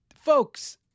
folks